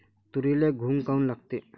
तुरीले घुंग काऊन लागते?